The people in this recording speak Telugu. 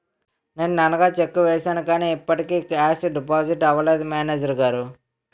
నిన్ననగా చెక్కు వేసాను కానీ ఇప్పటికి కేషు డిపాజిట్ అవలేదు మేనేజరు గారు